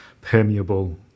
permeable